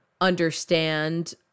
understand